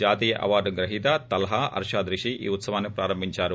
జాతీయ అవార్డు గ్రహీత తల్హా అర్పాద్ రిషి ఈ ఉత్పవాన్ని ప్రారంభించారు